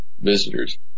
visitors